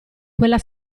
quella